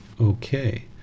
Okay